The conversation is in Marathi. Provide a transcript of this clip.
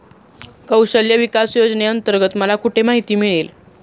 कौशल्य विकास योजनेअंतर्गत मला कुठे माहिती मिळेल?